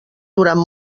durant